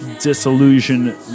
disillusion